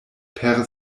per